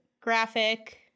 graphic